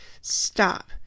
stop